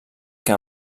que